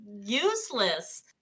useless